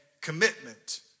commitment